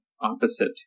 Opposite